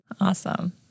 Awesome